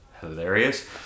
hilarious